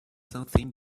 something